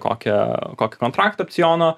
kokią kokį kontraktą opciono